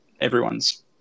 everyone's